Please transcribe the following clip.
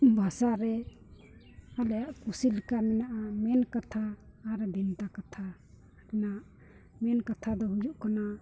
ᱵᱷᱟᱥᱟᱨᱮ ᱟᱞᱮᱭᱟᱜ ᱠᱩᱥᱤ ᱞᱮᱠᱟ ᱢᱮᱱᱟᱜᱼᱟ ᱢᱮᱱ ᱠᱟᱛᱷᱟ ᱟᱨ ᱵᱷᱮᱱᱛᱟ ᱠᱟᱛᱷᱟ ᱨᱮᱱᱟᱜ ᱢᱮᱱ ᱠᱟᱛᱷᱟ ᱫᱚ ᱦᱩᱭᱩᱜ ᱠᱟᱱᱟ